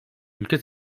ülke